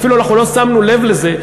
אפילו אנחנו לא שמנו לב לזה,